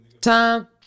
Time